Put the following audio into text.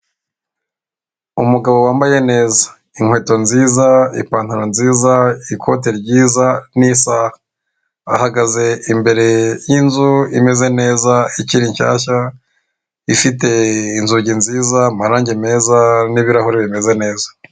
Umugabo wambaye neza inkweto nziza ipantaro nziza ikote ryiza n'isaha, ahagaze imbere y'inzu imeze neza ikiri nshyashya ifite inzugi nziza amarange meza n'ibirahure bimeze neza.